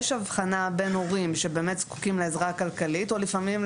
יש אבחנה בין הורים שבאמת זקוקים לעזרה כלכלית או לפעמים,